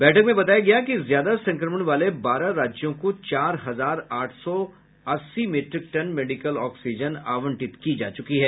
बैठक में बताया गया कि ज्यादा संक्रमण वाले बारह राज्यों को चार हजार आठ सौ अस्सी मीट्रिक टन मेडिकल ऑक्सीजन आवंटित की जा चुकी है